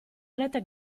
rete